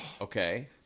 okay